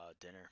dinner